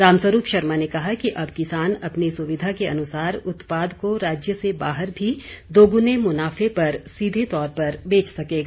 रामस्वरूप शर्मा ने कहा कि अब किसान अपनी सुविधा के अनुसार उत्पाद को राज्य से बाहर भी दोग्ने मुनाफे पर सीधे तौर पर बेच सकेगा